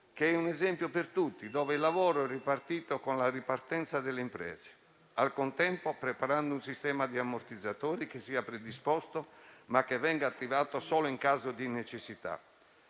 che è un esempio per tutti, dove il lavoro è ripartito con la ripartenza delle imprese. Al contempo preparando un sistema di ammortizzatori che sia predisposto, ma che venga attivato solo in caso di necessità.